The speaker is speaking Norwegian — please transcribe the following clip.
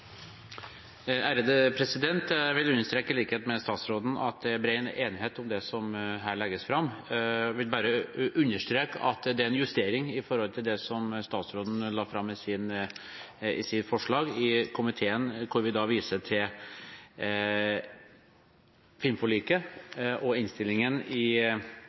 blir replikkordskifte. Jeg vil i likhet med statsråden understreke at det er bred enighet om det som her legges fram. Jeg vil bare understreke at det er en justering i komiteen i forhold til det som statsråden la fram i sitt forslag, der vi viser til filmforliket og innstillingen i